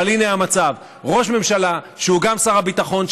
אבל הינה המצב: ראש ממשלה שהוא גם שר הביטחון,